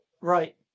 Right